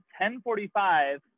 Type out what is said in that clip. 10:45